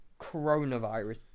coronavirus